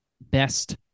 best